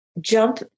jump